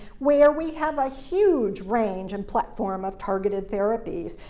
where we have a huge range and platform of targeted therapies,